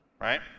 right